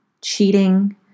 cheating